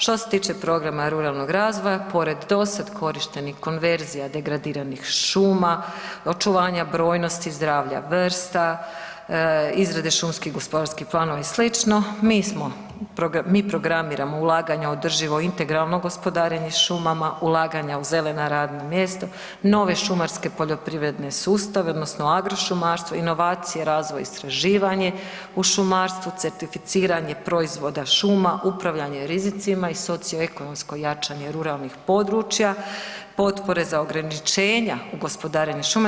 Što se tiče programa ruralnog razvoja, pored dosad korištenih konverzija degradiranih šuma, očuvanja brojnosti zdravlja vrsta, izrade šumskih gospodarskih planova i sl. mi smo, mi programiramo ulaganja u održivo integralno gospodarenje šumama, ulaganja u zelena radna mjesta, nove šumarke poljoprivredne sustave odnosno agrošumarstvo, inovacije, razvoj, istraživanje u šumarstvu, certificiranje proizvoda šuma, upravljanje rizicima i socioekonomsko jačanje ruralnih područja, potpore za ograničenja gospodarenja šuma.